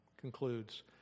concludes